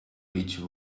beech